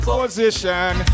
position